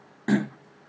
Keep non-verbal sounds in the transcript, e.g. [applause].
[coughs]